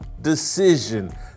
decision